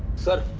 sir,